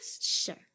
Sure